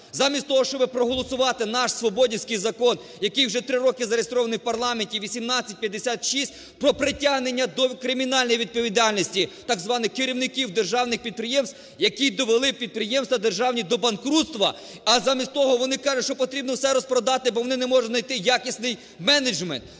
Замість того, щоб проголосувати наш свободівський закон, який вже три роки зареєстрований у парламенті – 1856 – про притягнення до кримінальної відповідальності так званих "керівників державних підприємств", які довели підприємства державні до банкрутства, а замість того вони кажуть, що потрібно все розпродати, бо вони не можуть знайти якісний менеджмент!